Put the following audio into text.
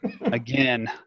again